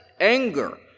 anger